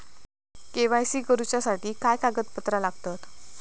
KYC करूच्यासाठी काय कागदपत्रा लागतत?